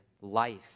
life